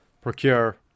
procure